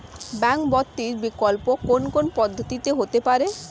Bank ব্যতীত বিকল্প কোন কোন পদ্ধতিতে হতে পারে?